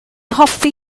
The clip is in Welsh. hoffi